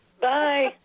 Bye